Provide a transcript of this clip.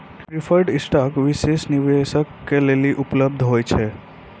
preferred stock विशेष निवेशक के लेली उपलब्ध होय छै